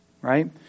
right